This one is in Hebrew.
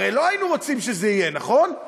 הרי לא היינו רוצים שזה יהיה, נכון?